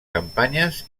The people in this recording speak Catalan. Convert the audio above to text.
campanyes